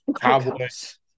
Cowboys